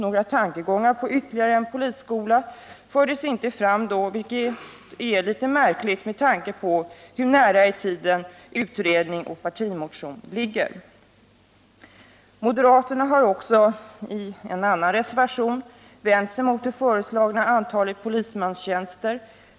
Några tankegångar om ytterligare en polisskola fördes inte fram av denna representant, vilket är något märkligt med tanke på hur nära i tiden utredning och partimotion ligger. Moderaterna har också i en motion vänt sig mot det föreslagna antalet polismanstjänster.